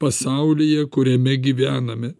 pasaulyje kuriame gyvename